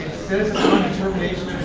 says determination